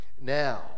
now